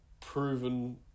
proven